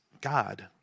God